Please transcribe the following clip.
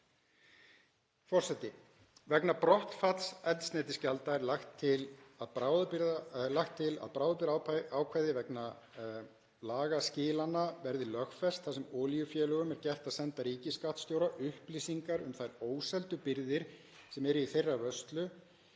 Forseti. Vegna brottfalls eldsneytisgjalda er lagt til að bráðabirgðaákvæði vegna lagaskilanna verði lögfest þar sem olíufélögum verði gert að senda ríkisskattstjóra upplýsingar um þær óseldu birgðir sem eru í þeirra vörslu,